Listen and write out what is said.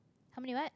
how many what